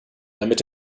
damit